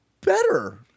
better